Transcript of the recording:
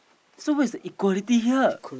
so where's the equality here